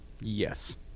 Yes